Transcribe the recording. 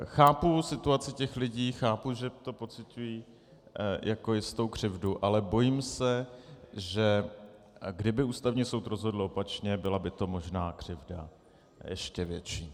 Chápu situaci těch lidí, chápu, že to pociťují jako jistou křivdu, ale bojím se, že kdyby Ústavní soud rozhodl opačně, byla by to možná křivda ještě větší.